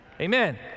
Amen